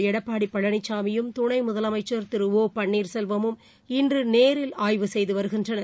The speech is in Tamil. எடப்பாடி பழனிசாமியும் துணை முதலமைச்சள் திரு ஓ பன்னீர்செல்வமும் இன்று நேரில் ஆய்வு செய்து வருகின்றனர்